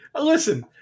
Listen